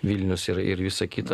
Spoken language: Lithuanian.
vilnius ir ir visa kita